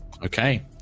okay